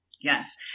Yes